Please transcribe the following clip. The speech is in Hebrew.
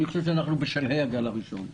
אני חושב שאנחנו בשלהי הגל הראשון.